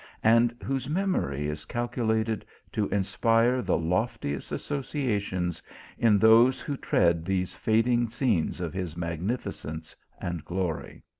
and whose memory is calculated to inspire the loftiest. associations in those who tread these fading scenes of his magnificence and glory.